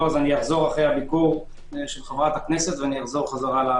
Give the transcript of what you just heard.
אם לא, אחזור אחרי הביקור של חברת הכנסת לוועדה.